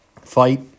Fight